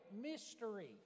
mystery